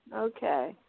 okay